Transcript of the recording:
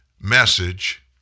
message